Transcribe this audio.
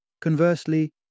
Conversely